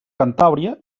cantàbria